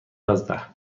یازده